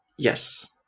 Yes